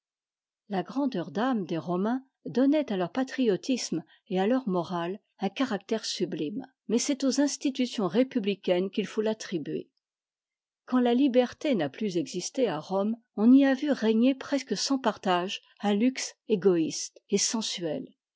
la grandeur d'âme des romains donnait à leur patriotisme et à leur morale un caractère sublime mais c'est aux institutions répubmcaines qu'il faut t'attribuer quand la liberté n'a plus existé à rome on y a vu régner presque sans partage un luxe égoïste et sensuel